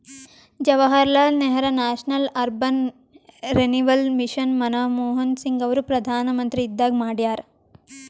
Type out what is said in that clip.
Jawaharlal Nehru national urban renewal mission Manmohan Singh ಅವರು ಪ್ರಧಾನ್ಮಂತ್ರಿ ಇದ್ದಾಗ ಮಾಡ್ಯಾರ್